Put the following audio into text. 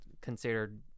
considered